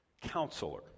Counselor